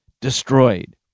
destroyed